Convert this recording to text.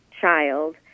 child